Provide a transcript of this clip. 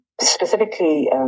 specifically